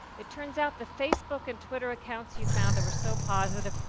it turns out the facebook and twitter accounts you found that were so positive,